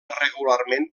regularment